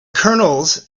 kernels